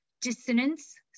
dissonance